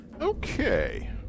Okay